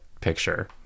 picture